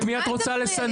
את מי את רוצה לסנן?